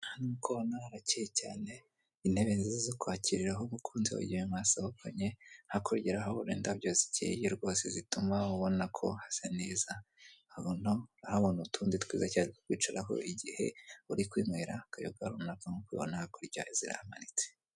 Hano nkuko uhabona harakeye cyane intebe nziza zo kwakiriraho umukunzi igihe mwasohokanye, hakgurya urahabona indabyo zikeye rwose zituma ubona ko hasa neza habona urahabona utundi twiza cyane two kwicaraho igihe uri kwinywera akayoga runaka nkuko ubona hakurya zirahamanitse.